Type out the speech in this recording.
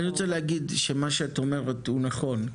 אני רוצה להגיד שמה שאת אומרת הוא נכון,